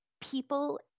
people